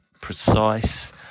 precise